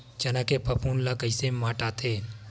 चना के फफूंद ल कइसे हटाथे?